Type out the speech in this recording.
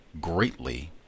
greatly